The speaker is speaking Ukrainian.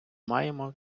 маємо